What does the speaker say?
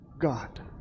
God